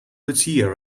lucia